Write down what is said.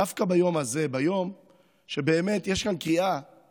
דווקא ביום הזה, ביום שבאמת יש כאן קריאה